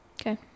Okay